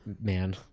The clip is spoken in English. Man